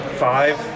five